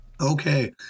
Okay